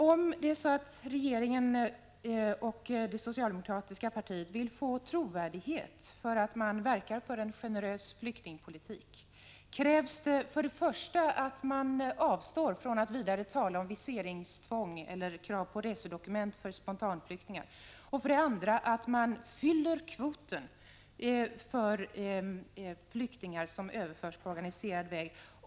Om regeringen och det socialdemokratiska partiet vill få trovärdighet för att man verkar för en generös flyktingpolitik, krävs det för det första att man avstår från att vidare tala om viseringstvång eller krav på resedokument för spontanflyktingar och för det andra att man fyller kvoten för flyktingar som överförs på organiserad väg.